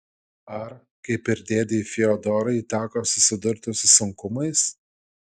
ar kaip ir dėdei fiodorui teko susidurti su sunkumais